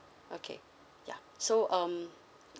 okay yeah so um